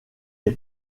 est